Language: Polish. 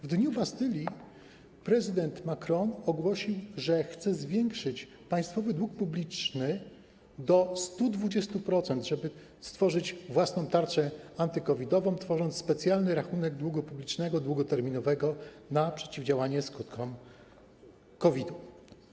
W Dniu Bastylii prezydent Macron ogłosił, że chce zwiększyć państwowy dług publiczny do 120%, żeby wdrożyć własną tarczę antycovidową, tworząc specjalny rachunek długu publicznego długoterminowego na przeciwdziałanie skutkom COVID-u.